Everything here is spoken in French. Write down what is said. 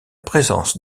présence